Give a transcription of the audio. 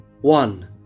one